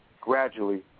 gradually